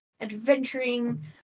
adventuring